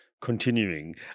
continuing